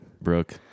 Brooke